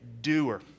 doer